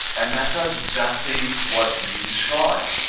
and that does exactly what you described.